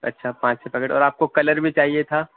اچھا پانچ چھے پیکٹ اور آپ کو کلر بھی چاہیے تھا